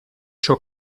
ciò